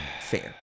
fair